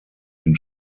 den